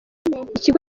ikigo